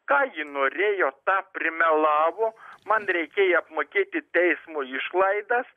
ką ji norėjo tą primelavo man reikėjo apmokėti teismo išlaidas